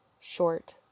short